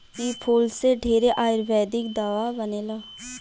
इ फूल से ढेरे आयुर्वेदिक दावा बनेला